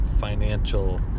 financial